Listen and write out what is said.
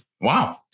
Wow